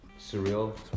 surreal